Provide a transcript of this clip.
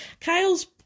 Kyle's